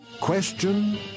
Question